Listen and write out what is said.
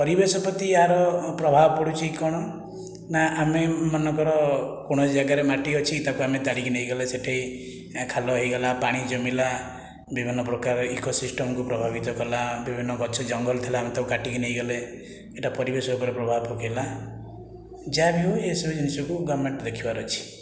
ପରିବେଶ ପ୍ରତି ୟାର ପ୍ରଭାବ ପଡ଼ୁଛି କ'ଣ ନା ଆମେ ମନେ କର କୌଣସି ଯାଗାରେ ମାଟି ଅଛି ତାକୁ ଆମେ ତାଡ଼ିକି ନେଇଗଲେ ସେଠି ଖାଲ ହୋଇଗଲା ପାଣି ଜମିଲା ବିଭିନ୍ନ ପ୍ରକାର ଇକୋସିଷ୍ଟମ୍କୁ ପ୍ରଭାବିତ କଲା ବିଭିନ୍ନ ଗଛ ଜଙ୍ଗଲ ଥିଲା ଆମେ ତାକୁ କାଟିକି ନେଇଗଲେ ଏହିଟା ପରିବେଶ ଉପରେ ପ୍ରଭାବ ପକାଇଲା ଯାହାବି ହେଉ ଏସବୁ ଜିନିଷକୁ ଗଭର୍ନମେଣ୍ଟ ଦେଖିବାର ଅଛି